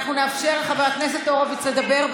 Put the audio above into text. אנחנו נאפשר לחבר הכנסת הורוביץ לדבר.